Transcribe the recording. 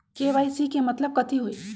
KYC के मतलब कथी होई?